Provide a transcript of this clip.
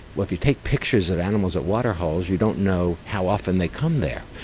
if you take pictures of animals at waterholes you don't know how often they come there,